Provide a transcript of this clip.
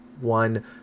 One